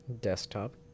desktop